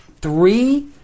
three